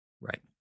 Right